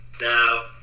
Now